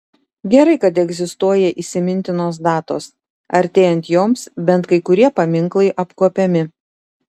gerai kad egzistuoja įsimintinos datos artėjant joms bent kai kurie paminklai apkuopiami